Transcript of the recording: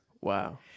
Wow